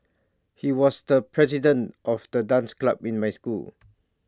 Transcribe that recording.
he was the president of the dance club in my school